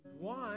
One